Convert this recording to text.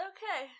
Okay